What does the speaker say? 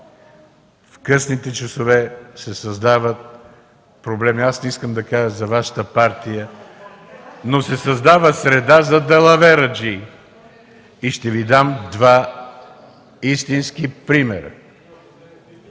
в късните часове се създават проблеми. (Шум и реплики.) Не искам да кажа за Вашата партия, но се създава среда за далавераджии. Ще Ви дам два истински примера.